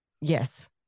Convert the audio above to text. Yes